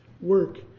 work